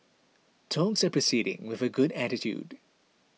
talks are proceeding with a good attitude